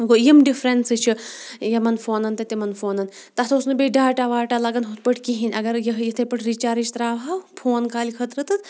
گوٚو یِم ڈِفرَنسہٕ چھِ یِم یِمَن فونَن تہٕ تِمَن فونَن تَتھ اوس نہٕ بیٚیہِ ڈاٹا واٹا لَگَان ہُتھ پٲٹھۍ کِہیٖنۍ اگر یِہٕے یِتھَے پٲٹھۍ رِچارٕج ترٛاوہو فون کالہِ خٲطرٕ تہٕ